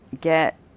get